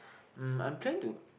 um I'm planning to